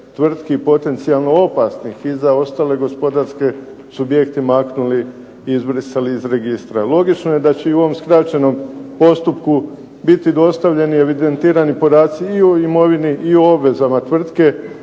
tvrtki potencijalno opasnih i za ostale gospodarske subjekte maknuli, izbrisali iz registra. Logično je da će i u ovom skraćenom postupku biti dostavljeni i evidentirani podaci i o imovini i o obvezama tvrtke